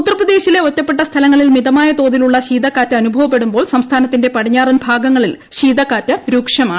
ഉത്തർപ്രദേശിലെ ഒറ്റപ്പെട്ട സ്ഥലങ്ങളിൽ മിതമായ തോതിലുള്ള ശീതക്കാറ്റ് അനുഭവപ്പെടുമ്പോൾ സംസ്ഥാനത്തിന്റെ പടിഞ്ഞാറൻ ഭാഗങ്ങളിൽ ശീതക്കാറ്റ് രൂക്ഷമാണ്